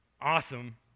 awesome